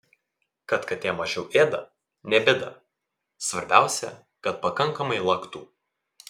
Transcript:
kad katė mažiau ėda ne bėda svarbiausia kad pakankamai laktų